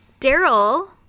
Daryl